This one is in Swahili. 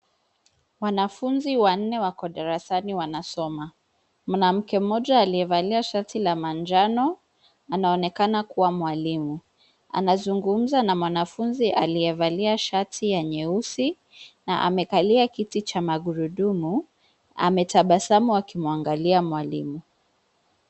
Wanafunzi wanne wako darasani wanasoma. Mmoja aliyevalia shati la manjano, anaonekana kuwa mwalimu. Anazungumza na mwanafunzi aliyevalia shati ya nyeusi, na amekalia kiti cha magurudumu, ametabasamu akimwangalia mwalimu.